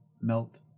melt